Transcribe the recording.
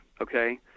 okay